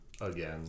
again